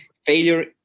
failure